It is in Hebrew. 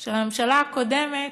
של הממשלה הקודמת,